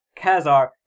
Kazar